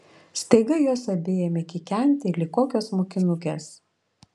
staiga jos abi ėmė kikenti lyg kokios mokinukės